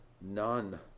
none